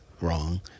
wrong